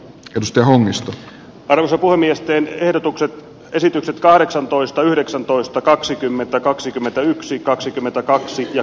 kadusta on myös arvo sopua miesten ehdotukset esitykset kahdeksantoista yhdeksäntoista kaksikymmentä kaksikymmentäyksi kaksikymmentäkaksi ja